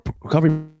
recovery